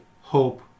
hope